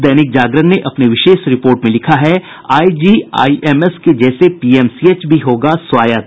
दैनिक जागरण ने अपनी विशेष रिपोर्ट में लिखा है आईजीआईएमएस के जैसे पीएमसीएच भी होगा स्वायत्त